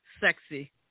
Sexy